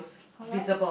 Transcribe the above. correct